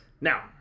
now